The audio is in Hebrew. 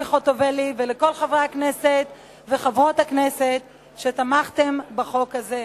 ציפי חוטובלי ולכל חברי הכנסת וחברות הכנסת שתמכתם בחוק הזה.